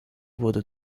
wurde